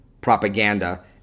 propaganda